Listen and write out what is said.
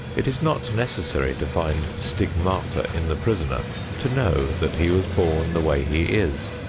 it is not necessary to find stigmata in the prisoner to know that he was born the way he is.